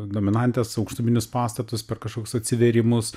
dominantes aukštuminius pastatus per kažkokius atsivėrimus